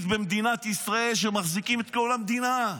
במדינת ישראל שמחזיקה את כל המדינה.